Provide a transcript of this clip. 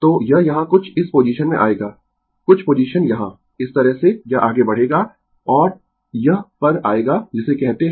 तो यह यहाँ कुछ इस पोजीशन में आएगा कुछ पोजीशन यहाँ इस तरह से यह आगें बढ़ेगा और यह पर आएगा जिसे कहते है